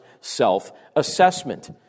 self-assessment